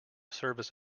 service